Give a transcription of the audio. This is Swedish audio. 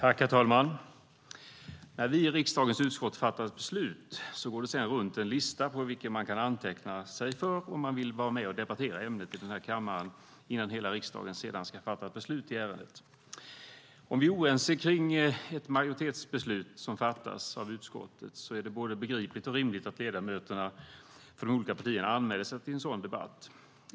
Herr talman! När vi i riksdagens utskott fattar ett beslut går det sedan runt en lista på vilken man kan anteckna sig om man vill vara med och debattera ämnet i kammaren innan hela riksdagen sedan ska fatta beslut i ärendet. Om vi är oense om ett majoritetsbeslut som fattas av utskottet är det både begripligt och rimligt att ledamöterna från de olika partierna anmäler sig till en sådan debatt.